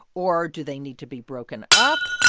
or do they need to be broken up?